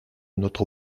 notre